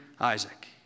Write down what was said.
Isaac